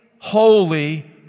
holy